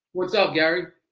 what's up gary?